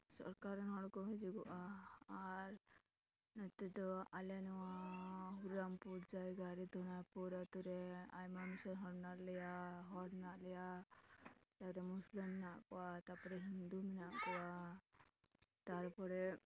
ᱥᱚᱨᱠᱟᱨ ᱨᱮᱱ ᱦᱚᱲᱠᱚ ᱦᱤᱡᱩᱜᱚᱜᱼᱟ ᱟᱨ ᱱᱚᱛᱮ ᱫᱚ ᱟᱞᱮ ᱱᱚᱣᱟ ᱦᱩᱨᱟᱢᱯᱩᱨ ᱡᱟᱭᱜᱟ ᱨᱮ ᱫᱷᱩᱱᱟᱹᱭᱯᱩᱨ ᱟᱛᱳᱨᱮ ᱟᱭᱢᱟ ᱢᱮᱥᱟ ᱦᱚᱲ ᱢᱮᱱᱟᱜ ᱞᱮᱭᱟ ᱦᱚᱲ ᱢᱮᱱᱟᱜ ᱞᱮᱭᱟ ᱛᱟᱯᱚᱨᱮ ᱢᱩᱥᱞᱟᱹ ᱢᱮᱱᱟᱜ ᱠᱚᱣᱟ ᱛᱟᱯᱚᱨᱮ ᱦᱤᱱᱫᱩ ᱢᱮᱱᱟᱜ ᱠᱚᱣᱟ ᱛᱟᱨᱯᱚᱨᱮ